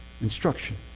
Instruction